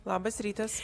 labas rytas